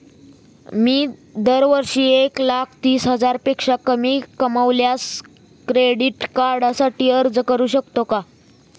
मी दरवर्षी एक लाख तीस हजारापेक्षा कमी कमावल्यास क्रेडिट कार्डसाठी अर्ज करू शकतो का?